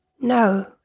No